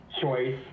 choice